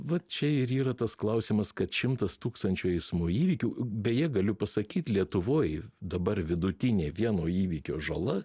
vat čia ir yra tas klausimas kad šimtas tūkstančių eismo įvykių beje galiu pasakyt lietuvoj dabar vidutinė vieno įvykio žala